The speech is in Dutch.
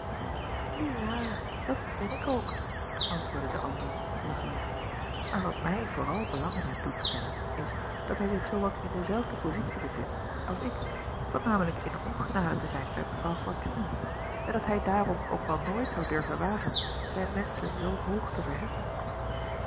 u ja dat ben ik ook antwoordde de andere lachende maar wat mij vooral belang in hem doet stellen is dat hij zich zoo wat in dezelfde pozitie bevindt als ik van namelijk in ongenade te zijn bij evrouw ortuna en dat hij daarom ook wel nooit zou durven wagen zijn wenschen zoo hoog te verheffen